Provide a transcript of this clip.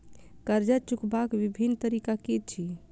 कर्जा चुकबाक बिभिन्न तरीका की अछि?